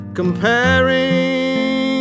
comparing